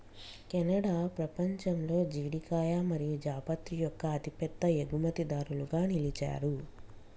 Canada పపంచంలో జీడికాయ మరియు జాపత్రి యొక్క అతిపెద్ద ఎగుమతిదారులుగా నిలిచారు